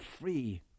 free